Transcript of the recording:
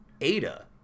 Ada